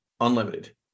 unlimited